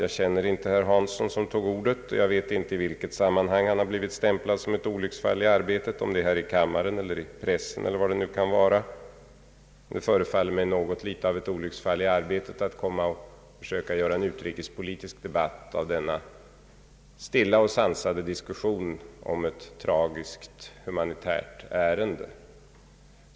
Jag känner inte herr Hansson som tog ordet, och jag vet inte i vilket sammanhang han har blivit stämplad som ett olycksfall i arbetet — om det är här i kammaren, i pressen eller var det kan vara. Det förefaller mig dock som något av ett olycksfall i arbetet att försöka göra en utrikespolitsik debatt av denna stilla och sansade diskussion om ett tragiskt humanitärt ärende.